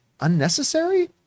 unnecessary